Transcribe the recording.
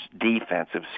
defensive